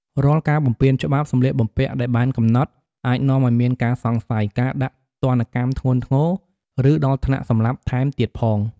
រាល់ការបំពានច្បាប់សម្លៀកបំពាក់ដែលបានកំណត់អាចនាំឱ្យមានការសង្ស័យ ការដាក់ទណ្ឌកម្មធ្ងន់ធ្ងរ ឬដល់ថ្នាក់សម្លាប់ថែមទៀតផង។